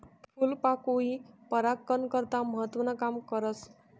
फूलपाकोई परागकन करता महत्वनं काम करस